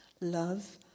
love